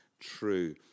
true